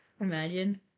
Imagine